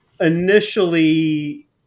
initially